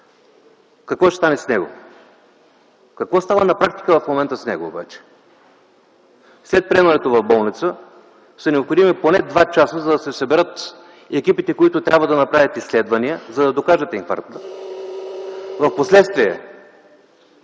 Какво ще стане с него? Какво става на практика в момента с него обаче? След приемането в болница са необходими поне два часа, за да се съберат екипите, които трябва да направят изследвания, за да докажат инфаркта. (Председателят